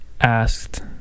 asked